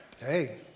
Hey